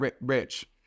rich